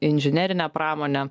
inžinerinę pramonę